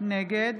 נגד